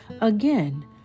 Again